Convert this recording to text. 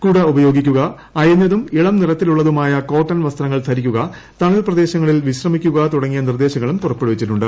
കുട ഉപയോഗിക്കുക അയഞ്ഞതും ഇളം നിറത്തിലുള്ളതുമായ കോട്ടൻ വസ്ത്രങ്ങൾ ധരിക്കുക തണൽ പ്രദേശങ്ങളിൽ വിശ്രമിക്കുക തുടങ്ങിയ നിർദ്ദേശങ്ങളും പുറപ്പെടുവിച്ചിട്ടുണ്ട്